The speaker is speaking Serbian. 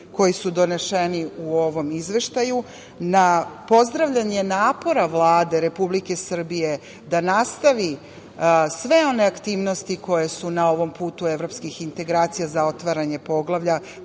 koji su doneseni u ovom izveštaju na pozdravljanje napora Vlade Republike Srbije da nastavi sve one aktivnosti koje su na ovom putu evropskih integracija za otvaranje poglavlja,